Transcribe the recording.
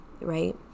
right